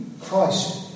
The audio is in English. Christ